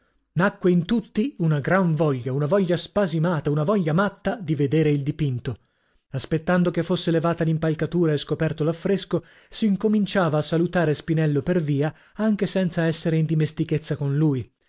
nacque in tutti una gran voglia una voglia spasimata una voglia matta di vedere il dipinto aspettando che fosse levata l'impalcatura e scoperto l'affresco s'incominciava a salutare spinello per via anche senza essere in dimestichezza con lui